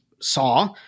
saw